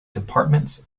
departments